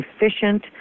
efficient